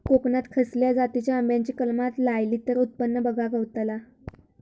कोकणात खसल्या जातीच्या आंब्याची कलमा लायली तर उत्पन बरा गावताला?